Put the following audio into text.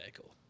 cool